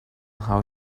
how